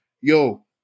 yo